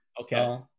Okay